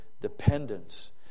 dependence